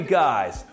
guys